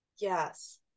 Yes